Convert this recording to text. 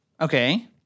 Okay